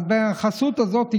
אז בחסות הזאת,